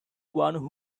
one